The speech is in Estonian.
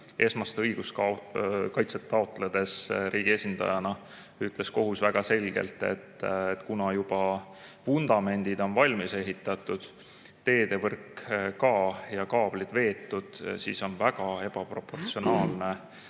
esmast õiguskaitset taotledes riigi esindajana ütles kohus väga selgelt, et kuna juba vundamendid on valmis ehitatud, teedevõrk ka, ja kaablid veetud, siis on väga ebaproportsionaalne